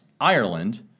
Ireland